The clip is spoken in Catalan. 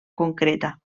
concreta